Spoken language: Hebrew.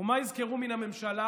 ומה יזכרו מן הממשלה